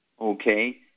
Okay